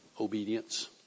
Obedience